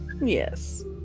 Yes